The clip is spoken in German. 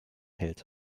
hält